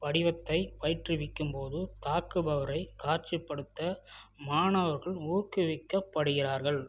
படிவத்தை பயிற்றுவிக்கும் போது தாக்குபவரைக் காட்சிப்படுத்த மாணவர்கள் ஊக்குவிக்கப்படுகிறார்கள்